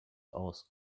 aus